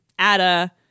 Ada